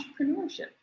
entrepreneurship